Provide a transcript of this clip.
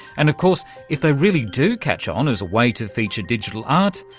and of course if they really do catch on as a way to feature digital art,